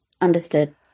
understood